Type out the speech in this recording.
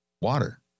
water